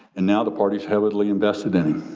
and now, the party's heavily invested in him.